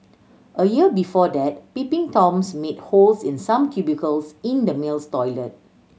a year before that peeping Toms made holes in some cubicles in the males toilet